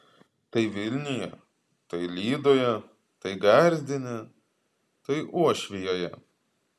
tai vilniuje tai lydoje tai gardine tai uošvijoje